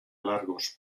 largos